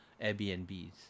Airbnbs